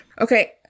Okay